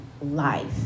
life